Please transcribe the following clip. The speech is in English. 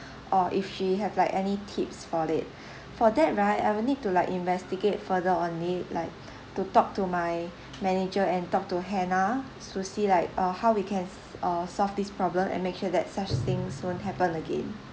or if she have like any tips for it for that right I would need to like investigate further on it like to talk to my manager and talk to hannah to see like uh how we can uh solve this problem and make sure that such things won't happen again